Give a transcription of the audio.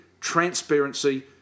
transparency